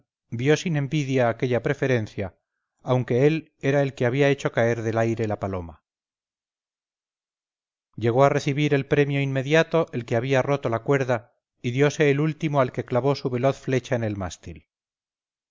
vio sin envidia aquella preferencia aunque él era el que había hecho caer del aire la paloma llegó a recibir el premio inmediato el que había roto la cuerda y diose el último al que clavó su veloz flecha en el mástil